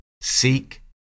Seek